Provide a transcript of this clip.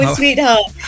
sweetheart